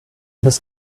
his